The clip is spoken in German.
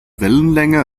wellenlänge